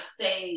say